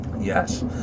Yes